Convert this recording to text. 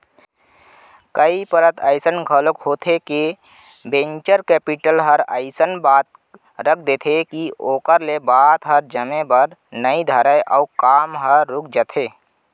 कई परत अइसन घलोक होथे के वेंचर कैपिटल ह अइसन ढंग के बात रख देथे के ओखर ले बात ह जमे बर नइ धरय अउ काम ह रुक जाथे